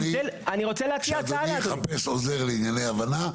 אני רוצה להציע הצעה --- שאדוני יחפש עוזר לענייני הבנה.